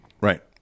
Right